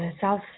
South